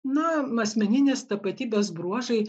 na asmeninės tapatybės bruožai